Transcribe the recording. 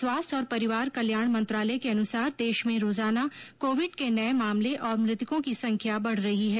स्वास्थ्य और परिवार कल्याण मंत्रालय के अनुसार देश में रोजाना कोविड के नये मामले और मृतकों की संख्या बढ रही है